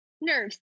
Nurse